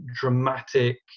dramatic